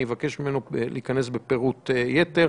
אני אבקש ממנו להיכנס בפירוט יתר.